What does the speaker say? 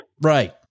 Right